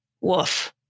Woof